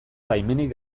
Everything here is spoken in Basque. baimenik